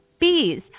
Bees